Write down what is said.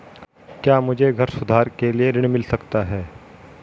क्या मुझे घर सुधार के लिए ऋण मिल सकता है?